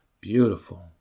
Beautiful